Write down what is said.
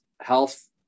health